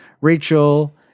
Rachel